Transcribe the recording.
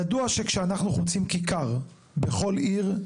ידוע שכשאנחנו חוצים כיכר בכל עיר,